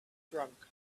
drunk